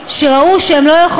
הם יהיו בשדולה.